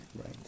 Right